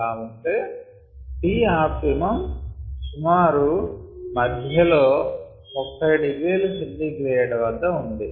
ఇలా ఉంటే Tఆప్టిమమ్ సుమారుగా మధ్యలో 30 ºC వద్ద ఉంది